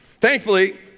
Thankfully